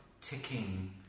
ticking